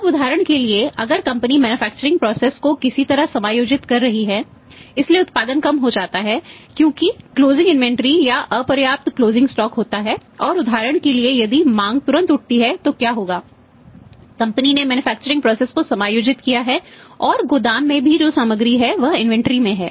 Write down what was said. अब उदाहरण के लिए अगर कंपनी मैन्युफैक्चरिंग प्रोसेस में है